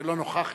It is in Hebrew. שלא נוכח אתנו,